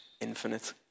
infinite